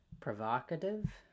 Provocative